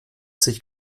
sich